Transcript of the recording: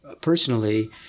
personally